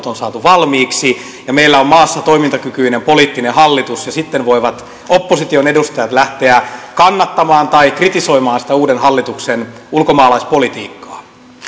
on saatu valmiiksi ja meillä on maassa toimintakykyinen poliittinen hallitus sitten voivat opposition edustajat lähteä kannattamaan tai kritisoimaan sitä uuden hallituksen ulkomaalaispolitiikkaa